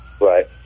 Right